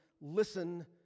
listen